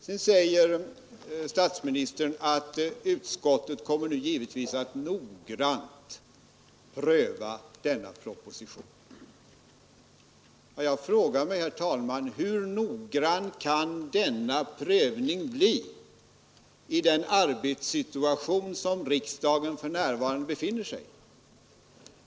Sedan säger statsministern att utskottet givetvis kommer att noggrant pröva denna proposition. Vad jag då frågar mig, herr talman, är: Hur noggrann kan denna prövning bli i den arbetssituation som riksdagen för närvarande befinner sig i?